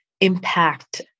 impact